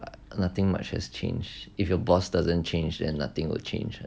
nothing much has changed if your boss doesn't change then nothing would change